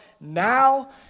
now